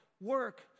work